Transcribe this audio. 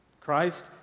Christ